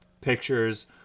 pictures